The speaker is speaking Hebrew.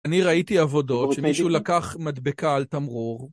‫אני ראיתי עבודות ‫שמישהו לקח מדבקה על תמרור.